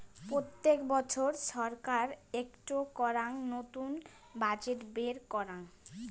প্রত্যেক বছর ছরকার একটো করাং নতুন বাজেট বের করাং